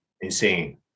insane